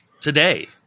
today